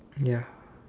ya